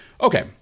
Okay